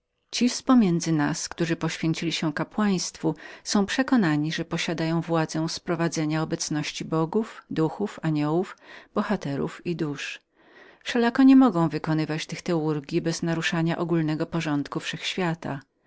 ci z pomiędzy nas którzy poświęcili się kapłaństwu są w przekonaniu że otrzymali władzę sprowadzania obecności bogów duchów aniołów bohaterów i dusz wszelako nie mogą wykonać tych teurgji bez naruszenia ogólnego porządku